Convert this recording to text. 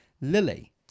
Lily